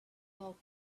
how